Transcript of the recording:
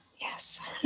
Yes